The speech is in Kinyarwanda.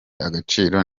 agaciro